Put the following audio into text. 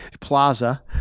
plaza